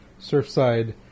Surfside